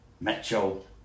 Mitchell